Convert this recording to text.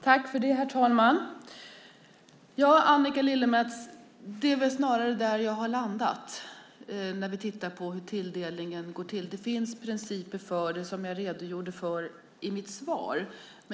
Herr talman! Det är snarare där jag har landat, Annika Lillemets, när vi tittar på hur tilldelningen går till. Det finns principer för det som jag redogjorde för i mitt svar.